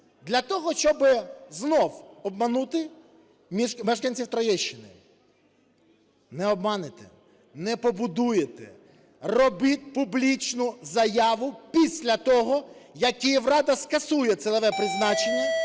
для того, щоби знову обманути мешканців Троєщини. Не обманите, не побудуєте! Робіть публічну заяву після того, як Київрада скасує цільове призначення,